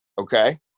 Okay